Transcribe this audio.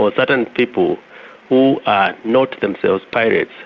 or certain people who are not themselves pirates,